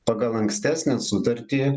pagal ankstesnę sutartį